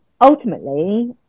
ultimately